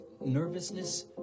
nervousness